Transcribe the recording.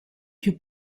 più